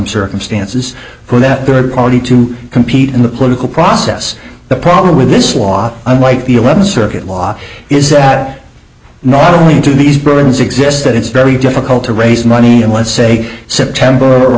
circumstances for that good quality to compete in the political process the problem with this law unlike the eleventh circuit law is that not only do these problems exist that it's very difficult to raise money and let's say september or